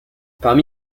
parmi